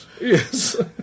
Yes